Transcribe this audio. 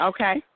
Okay